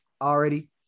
already